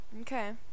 Okay